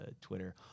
Twitter